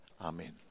Amen